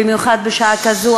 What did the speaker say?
במיוחד בשעה כזו,